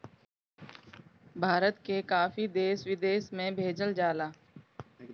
भारत के काफी देश विदेश में भेजल जाला